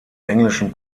englischen